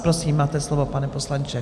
Prosím, máte slovo, pane poslanče.